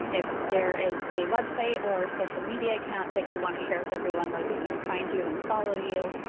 um if there is a website or social media account that you want to share with everyone, where they can find you and follow you,